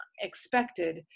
expected